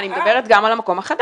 אני מדברת גם על המקום החדש.